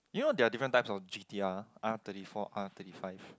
you know there are different type of G_T_R R thirty four R thirty five